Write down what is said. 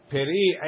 Peri